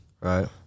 Right